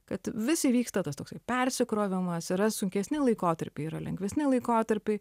kad vis įvyksta tas toksai persikrovimas yra sunkesni laikotarpiai yra lengvesni laikotarpiai